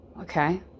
Okay